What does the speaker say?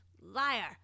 Liar